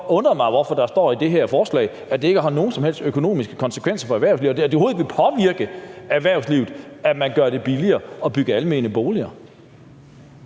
over, hvorfor der står i det her forslag, at det ikke har nogen som helst økonomiske konsekvenser for erhvervslivet, og at det overhovedet ikke vil påvirke erhvervslivet, at man gør det billigere at bygge almene boliger.